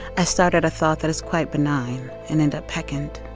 i started a thought that is quite benign and end up peccant,